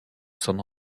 san